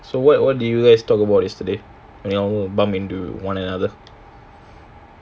so wha~ what did you guys talk about yesterday when you all bump into one another